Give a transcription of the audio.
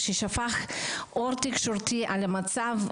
ששפך אור תקשורתי על המצב.